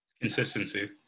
consistency